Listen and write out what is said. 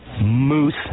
Moose